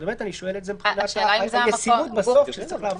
אני שואל את זה מבחינת הישימות בסוף כשצריך לעבוד.